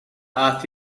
aeth